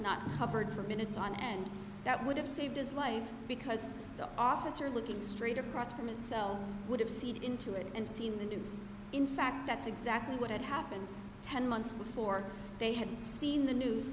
not covered for minutes on end that would have saved his life because the officer looking straight across from his cell would have seed into it and seen the news in fact that's exactly what had happened ten months before they had seen the news